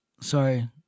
sorry